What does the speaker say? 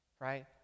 right